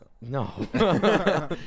No